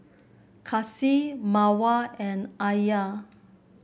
Kasih Mawar and Alya